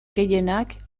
gehienak